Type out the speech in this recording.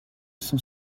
sans